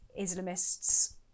Islamists